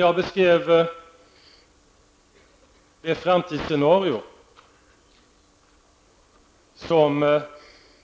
Jag beskrev det framtidsscenario som